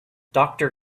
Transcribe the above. doctor